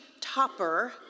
topper